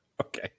Okay